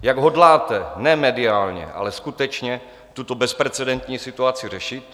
Jak hodláte ne mediálně, ale skutečně tuto bezprecedentní situaci řešit?